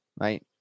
right